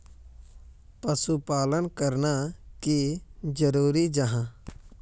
पशुपालन करना की जरूरी जाहा?